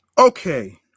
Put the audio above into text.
Okay